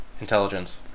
Intelligence